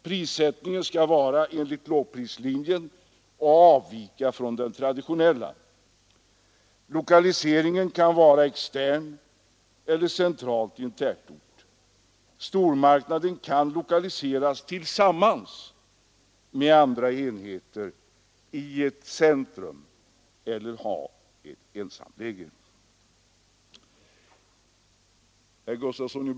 Prissättningen skall vara enligt lågprislinjen och avvika från den traditionella. Lokaliseringen kan vara extern eller central i tätort. Stormarknaden kan lokaliseras tillsammans med andra enheter i ett centrum eller ha ett ensamläge.